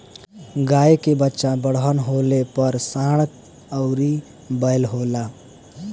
गाय के बच्चा बड़हन होले पर सांड अउरी बैल होला